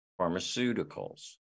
pharmaceuticals